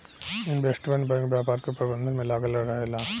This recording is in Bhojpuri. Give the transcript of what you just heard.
इन्वेस्टमेंट बैंक व्यापार के प्रबंधन में लागल रहेला